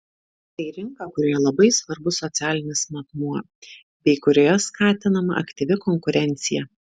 tai rinka kurioje labai svarbus socialinis matmuo bei kurioje skatinama aktyvi konkurencija